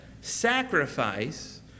sacrifice